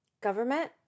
Government